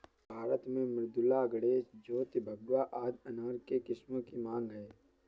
भारत में मृदुला, गणेश, ज्योति, भगवा आदि अनार के किस्मों की मांग है